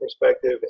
perspective